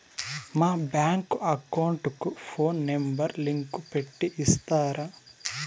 మా bank account కు phone number link పెట్టి ఇస్తారా?